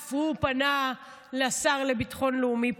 אף הוא פנה לשר לביטחון לאומי,